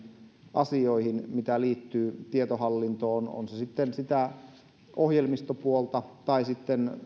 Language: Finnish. asioihin mitkä liittyvät tietohallintoon on se sitten sitä ohjelmistopuolta tai sitten